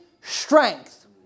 strength